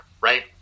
right